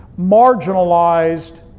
marginalized